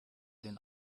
den